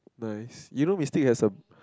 nice you know Mystic has a